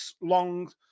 long